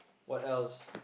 what else